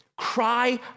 Cry